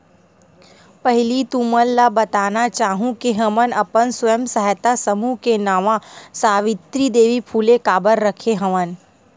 पहिली तुमन ल बताना चाहूँ के हमन अपन स्व सहायता समूह के नांव सावित्री देवी फूले काबर रखे हवन